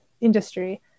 industry